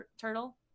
turtle